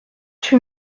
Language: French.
huit